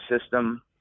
system